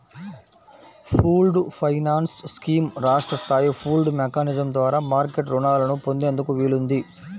pooled finance scheme రాష్ట్ర స్థాయి pooled mechanism ద్వారా మార్కెట్ రుణాలను పొందేందుకు వీలుంది